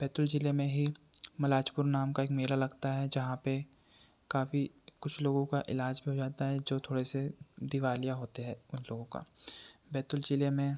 बैतूल जिले में ही मलाजपुर नाम का एक मेला लगता है जहाँ पे काफ़ी कुछ लोगों का इलाज भी हो जाता है जो थोड़े से दिवालिया होते हे उन लोगों का बैतूल जिले में